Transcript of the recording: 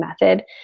method